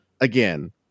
Again